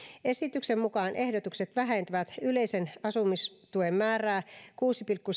esityksen mukaan ehdotukset vähentävät yleisen asumistuen määrää kuusi pilkku